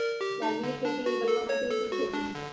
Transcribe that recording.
लालमि के खेती लेल बलुआ माटि उपयुक्त होइ छइ